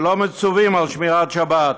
כי לא מצווים על שמירת שבת,